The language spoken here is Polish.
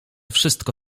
wszystko